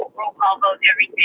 roll call vote